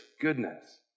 goodness